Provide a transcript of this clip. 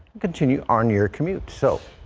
continue on your commute so.